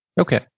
Okay